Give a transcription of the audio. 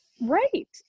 Right